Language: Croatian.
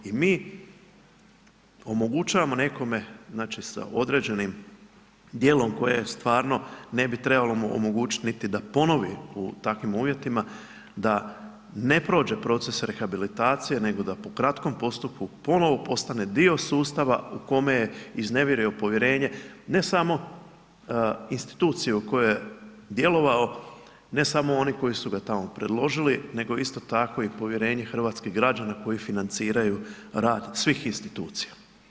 I mi omogućujemo nekome sa određenim djelom koje je stvarno ne bi mu trebalo omogućiti niti da ponovi u takvim uvjetima da ne prođe proces rehabilitacije nego da po kratkom postupku ponovno postane dio sustava u kome je iznevjerio povjerenje ne samo institucije u kojoj je djelovao, ne samo oni koji su ga tamo predložili nego isto tako i povjerenje hrvatskih građana koji financiraju rad svih institucija.